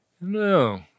No